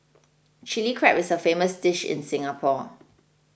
Chilli Crab is a famous dish in Singapore